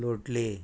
लोटली